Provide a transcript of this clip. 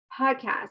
podcast